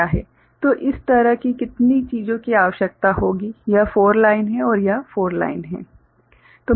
तो इस तरह की कितनी चीजों की आवश्यकता होगी यह 4 लाइन है और यह 4 लाइन है